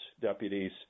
deputies